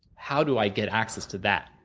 how do i get access to that,